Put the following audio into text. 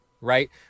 Right